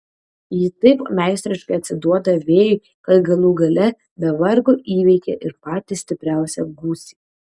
ji taip meistriškai atsiduoda vėjui kad galų gale be vargo įveikia ir patį stipriausią gūsį